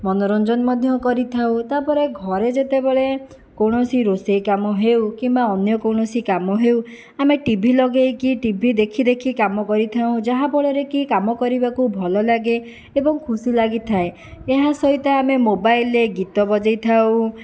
ମନୋରଞ୍ଜନ ମଧ୍ୟ କରିଥାଉ ତାପରେ ଘରେ ଯେତେବେଳେ କୌଣସି ରୋଷେଇ କାମ ହେଉ କିମ୍ବା ଅନ୍ୟ କୌଣସି କାମ ହେଉ ଆମେ ଟିଭି ଲଗାଇକି ଟିଭି ଦେଖି ଦେଖି କାମ କରିଥାଉ ଯାହାଫଳରେକି କାମ କରିବାକୁ ଭଲ ଲାଗେ ଏବଂ ଖୁସି ଲାଗିଥାଏ ଏହା ସହିତ ଆମେ ମୋବାଇଲରେ ଗୀତ ବଜାଇଥାଉ